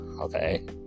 okay